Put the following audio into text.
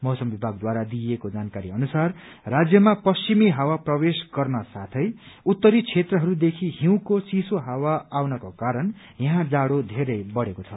मौसम विभागद्वारा दिइएको जानकारी अनुसार राज्यमा पश्चिमी झवा प्रवेश गर्न साथै उत्तरी क्षेत्रहरूदेखि हिउँको चिसो हावा आउनको कारण यहाँ जाड़ो धेरै बढ़ेको छ